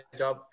job